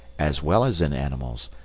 as well as in animals,